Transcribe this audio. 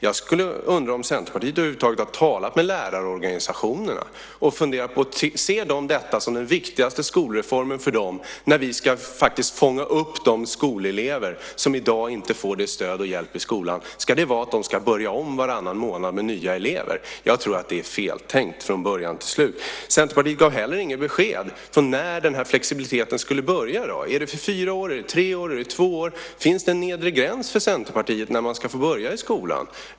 Jag undrar om Centerpartiet över huvud taget har talat med lärarorganisationerna. Ser de detta som den viktigaste skolreformen för dem, när vi faktiskt ska fånga upp de skolelever som i dag inte får det stöd och den hjälp de behöver i skolan? Ska de börja om varannan månad med nya elever? Jag tror att det är feltänkt från början till slut. Centerpartiet gav heller inget besked om när den här flexibiliteten skulle börja. Är det vid fyra år, tre år eller är det två år? Finns det en nedre gräns för Centerpartiet när man ska få börja i skolan?